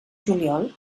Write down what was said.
juliol